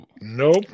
Nope